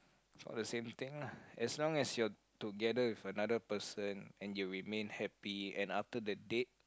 for the same thing lah as long as you are together with another person and you remain happy and after the date